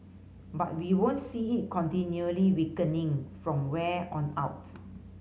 but we won't see it continually weakening from where on out